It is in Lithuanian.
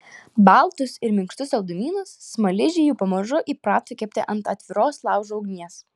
baltus ir minkštus saldumynus smaližiai jau pamažu įprato kepti ant atviros laužo ugnies